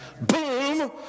Boom